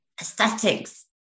aesthetics